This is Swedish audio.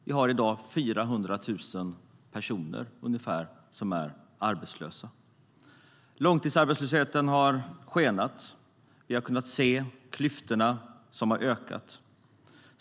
Vi har i dag ungefär 400 000 personer som är arbetslösa. Långtidsarbetslösheten har skenat. Vi har kunnat se att klyftorna ökat.